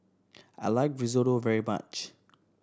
I like Risotto very much